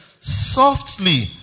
softly